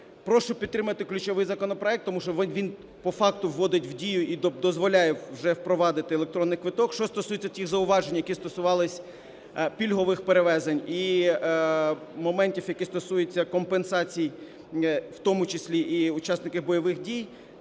Прошу підтримати ключовий законопроект, тому що він по факту вводить в дію і дозволяє вже впровадити електронний квиток. Що стосується тих зауважень, які стосувалися пільгових перевезень і моментів, які стосуються компенсації, в тому числі і учасників бойових дій,